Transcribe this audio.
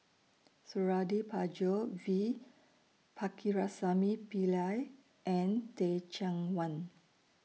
Suradi Parjo V Pakirisamy Pillai and Teh Cheang Wan